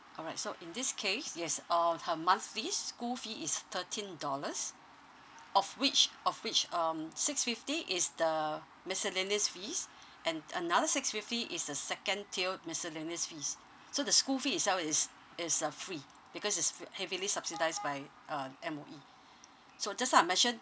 all right so in this case yes uh her monthly school fee is thirteen dollars of which of which um six fifty is the miscellaneous fees and another six fifty is the second tier miscellaneous fees so the school fee itself is is uh free because is fee~ heavily subsidised by uh M_O_E so just now I mentioned